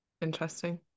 Interesting